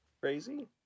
Crazy